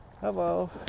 hello